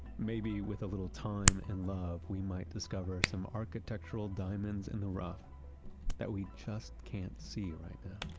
maybe with a little time and love, we might discover some architectural diamonds in the rough that we just can't see right now